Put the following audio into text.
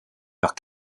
leurs